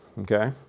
Okay